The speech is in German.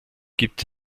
gibt